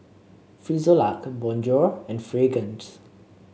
Frisolac Bonjour and Fragrance